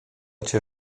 cię